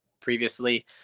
previously